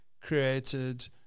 created